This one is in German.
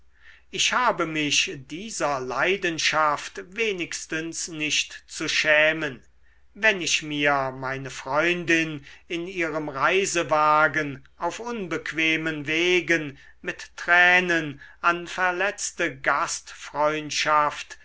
ich habe mich dieser leidenschaft wenigstens nicht zu schämen wenn ich mir meine freundin in ihrem reisewagen auf unbequemen wegen mit tränen an verletzte gastfreundschaft